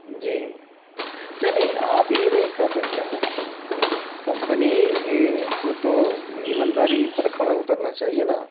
جی نہیں نہیں آپ یہ نہیں کہہ سکتے ہیں کمپنی کو تو ایمانداری پر کھرا اترنا چاہیے نا